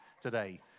today